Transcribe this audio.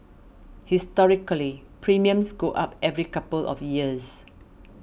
historically premiums go up every couple of years